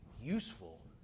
useful